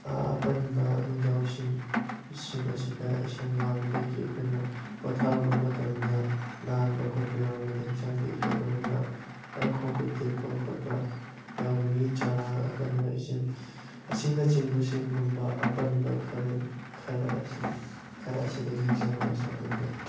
ꯑꯄꯟꯕ ꯅꯨꯡꯖꯥꯎꯁꯤꯡ ꯏꯁꯤꯡ ꯑꯁꯤꯗ ꯏꯁꯪ ꯀꯥꯕꯗꯒꯤ ꯑꯩꯈꯣꯏꯅ ꯄꯣꯊꯥꯔꯨꯕ ꯃꯇꯝꯗ ꯅꯥꯟꯕ ꯈꯣꯠꯄ ꯌꯥꯎꯔꯒꯗꯤ ꯍꯛꯆꯥꯡꯗ ꯏꯐꯦꯛ ꯑꯣꯏꯕ ꯈꯣꯡ ꯈꯨꯠ ꯇꯦꯛꯄ ꯈꯣꯠꯄ ꯌꯥꯎꯒꯅꯤ ꯆꯔꯥ ꯑꯀꯟꯕ ꯏꯆꯦꯜ ꯑꯁꯤꯅꯆꯤꯡꯕꯁꯤꯡꯒꯨꯝꯕ ꯑꯄꯟꯕ ꯈꯔ ꯈꯔ ꯑꯁꯤ ꯈꯔ ꯑꯁꯤꯗꯒꯤ ꯍꯛꯆꯥꯡꯗ ꯁꯣꯛꯍꯜꯂꯛꯀꯅꯤ